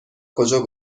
کجا